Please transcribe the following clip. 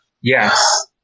Yes